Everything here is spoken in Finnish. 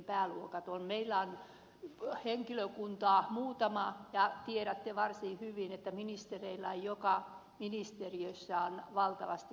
meillä on henkilökuntaa muutama ja tiedätte varsin hyvin että ministereillä joka ministe riössä on valtavasti henkilöstöä